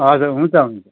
हजुर हुन्छ हुन्छ